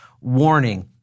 warning